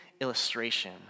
illustration